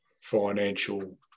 financial